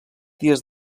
dies